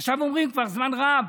עכשיו אומרים, כבר זמן רב,